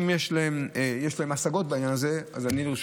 אם יש להם השגות בעניין הזה, אז אני לרשותכם.